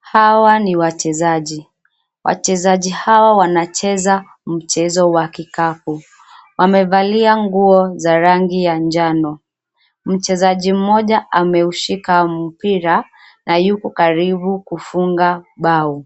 Hawa ni waachezaji. Wanachezaji hawa wanacheza mchezo wa kikapu. Wamevalia nguo za rangi ya njano. Mchezaji mmoja ameushika mpira, na yuko karibu kufunga bao.